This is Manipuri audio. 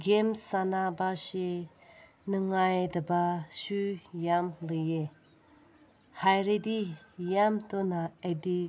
ꯒꯦꯝ ꯁꯥꯟꯅꯕꯁꯤ ꯅꯨꯡꯉꯥꯏꯇꯕꯁꯨ ꯌꯥꯝ ꯂꯩꯌꯦ ꯍꯥꯏꯔꯗꯤ ꯌꯥꯝ ꯊꯨꯅ ꯑꯦꯗꯤꯛ